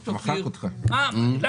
י"ט בכסלו התשפ"ב 23 בנובמבר 2021,